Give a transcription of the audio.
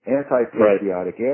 anti-patriotic